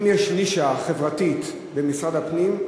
אם יש נישה חברתית במשרד הפנים,